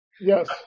Yes